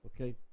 Okay